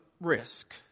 risk